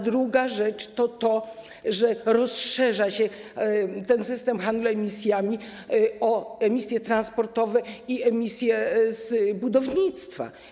Druga rzecz jest taka, że rozszerza się system handlu emisjami o emisje transportowe i emisje z budownictwa.